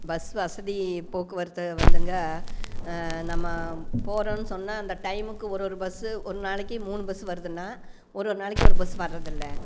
bus வசதி போக்குவரத்து வந்துங்க நம்ம போறோன்னு சொன்னா அந்த டைமுக்கு ஒரு ஒரு பஸ்ஸு ஒரு நாளைக்கு மூணு பஸ்ஸு வருதுன்னா ஒரு ஒரு நாளைக்கு ஒரு பஸ் வரதில்லை